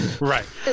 right